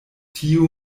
tio